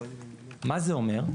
מה זה אומר?